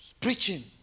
preaching